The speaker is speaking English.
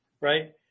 right